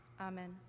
Amen